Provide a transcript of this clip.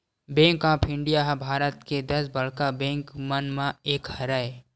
bank of India ह भारत के दस बड़का बेंक मन म एक हरय